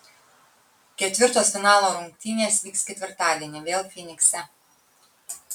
ketvirtos finalo rungtynės vyks ketvirtadienį vėl fynikse